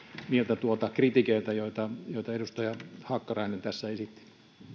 niiltä kritiikeiltä joita joita edustaja hakkarainen tässä esitti